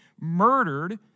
murdered